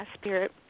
Spirit